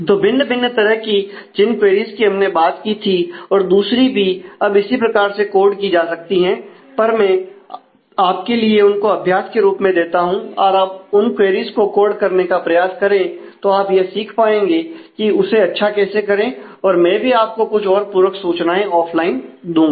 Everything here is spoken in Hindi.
तो भिन्न भिन्न तरह की जिन क्वेरीज की हमने बात की थी और दूसरी भी अब इसी प्रकार से कोड की जा सकती है पर मैं आपके लिए उसको अभ्यास के रूप में देता हूं और आप उन क्वेरीज को कोड करने का प्रयास करें तो आप यह सीख पाएंगे कि उसे अच्छा कैसे करें और मैं भी आपको कुछ और पूरक सूचनाएं ऑफलाइन दूंगा